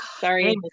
Sorry